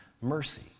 mercy